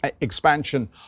expansion